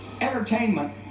Entertainment